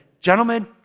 Gentlemen